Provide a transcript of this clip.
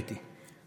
קטי.